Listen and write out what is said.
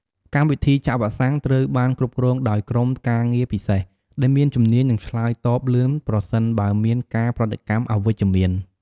កម្មវិធីចាក់វ៉ាក់សាំងត្រូវបានគ្រប់គ្រងដោយក្រុមការងារពិសេសដែលមានជំនាញ និងឆ្លើយតបលឿនប្រសិនបើមានការប្រតិកម្មអវិជ្ជមាន។